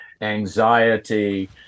anxiety